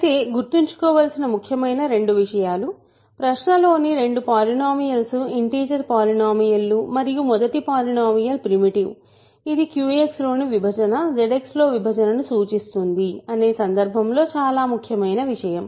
అయితే గుర్తుంచుకోవలసిన ముఖ్యమైన రెండు విషయాలు ప్రశ్నలోని రెండు పాలినోమీయల్స్ ఇంటిజర్ పాలినోమియల్ లు మరియు మొదటి పాలినోమియల్ ప్రిమిటివ్ ఇది QX లోని విభజన ZX లో విభజనను సూచిస్తుంది అనే సందర్భంలో చాలా ముఖ్యమైన విషయం